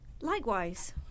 Likewise